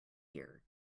year